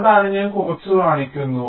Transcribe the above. അതാണ് ഞാൻ കുറച്ച് കാണിക്കുന്നു